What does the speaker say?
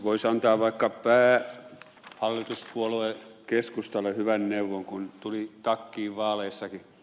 voisi antaa vaikka päähallituspuolue keskustalle hyvän neuvon kun tuli takkiin vaaleissakin